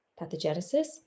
pathogenesis